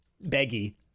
Baggy